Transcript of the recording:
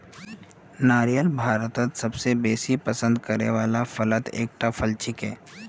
नारियल भारतत सबस बेसी पसंद करने वाला फलत एकता फल छिके